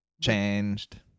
changed